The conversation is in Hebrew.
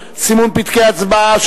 סימון פתקי הצבעה),